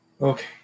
Okay